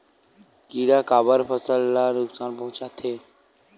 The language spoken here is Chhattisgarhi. किड़ा काबर फसल ल नुकसान पहुचाथे?